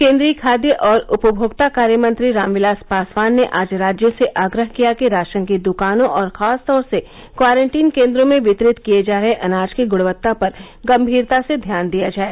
केन्द्रीय खाद्य और उपभोक्ता कार्य मंत्री राम विलास पासवान ने आज राज्यों से आग्रह किया कि राशन की दुकानों और खासतौर से क्वारंटीन केंद्रों में वितरित किए जा रहे अनाज की गृणवत्ता पर गंभीरता से ध्यान दिया जाए